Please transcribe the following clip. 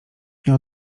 nie